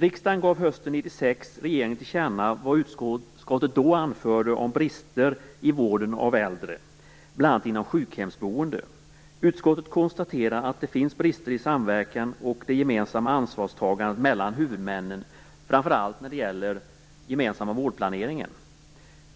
Riksdagen gav hösten 1996 regeringen till känna vad utskottet då anförde om brister i vården av äldre, bl.a. inom sjukhemsboendet. Utskottet konstaterar att det finns brister i samverkan och i det gemensamma ansvarstagandet mellan huvudmännen, framför allt när det gäller den gemensamma vårdplaneringen.